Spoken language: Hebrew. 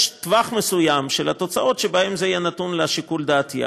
יש טווח מסוים של תוצאות שבו זה יהיה נתון לשיקול דעתי,